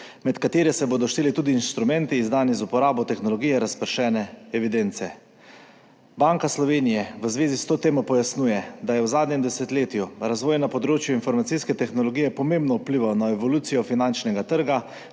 med katere se bodo šteli tudi instrumenti, izdani z uporabo tehnologije razpršene evidence. Banka Slovenije v zvezi s to temo pojasnjuje, da je v zadnjem desetletju razvoj na področju informacijske tehnologije pomembno vplival na evolucijo finančnega trga,